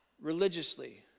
religiously